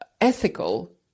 ethical